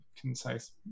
concise